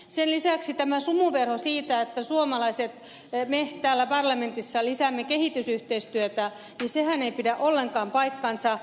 sen lisäksi tämä sumuverho siitä että me suomalaiset täällä parlamentissa lisäämme kehitysyhteistyötä ei pidä ollenkaan paikkaansa